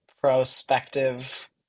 prospective